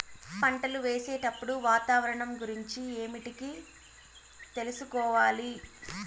పంటలు వేసేటప్పుడు వాతావరణం గురించి ఏమిటికి తెలుసుకోవాలి?